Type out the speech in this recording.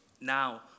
now